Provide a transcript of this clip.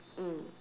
mm